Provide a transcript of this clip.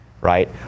right